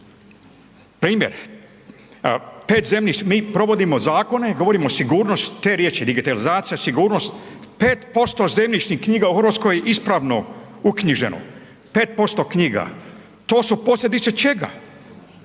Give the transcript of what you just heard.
primjer, 5 zemlji mi provodimo zakone, govorimo o sigurnosti, te riječi digitalizacija, sigurnost, 5% zemljišnih knjiga u RH je ispravno uknjiženo, 5% knjiga, to su posljedice čega?